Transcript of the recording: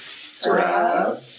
scrub